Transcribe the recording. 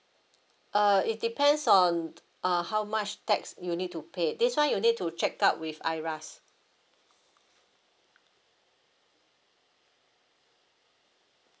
uh it depends on uh how much tax you need to pay this one you need to check up with IRAS